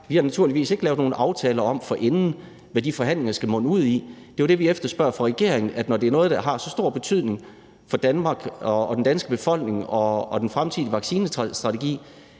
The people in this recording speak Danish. Vi har naturligvis ikke forinden lavet nogen aftaler om, hvad de forhandlinger skal munde ud i. Det er jo det, vi efterspørger fra regeringen. Når det er noget, der har så stor betydning for Danmark, den danske befolkning og den fremtidige vaccinestrategi,